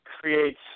creates